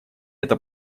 это